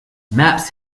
maps